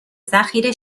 ذخیره